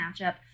matchup